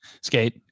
Skate